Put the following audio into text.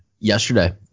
Yesterday